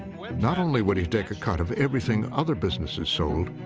not only would he take a cut of everything other businesses sold,